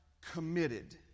committed